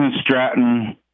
Stratton